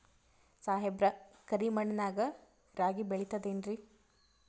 ಸಾಹೇಬ್ರ, ಕರಿ ಮಣ್ ನಾಗ ರಾಗಿ ಬೆಳಿತದೇನ್ರಿ?